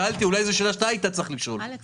אולי אתה היית צריך לשאול את השאלה.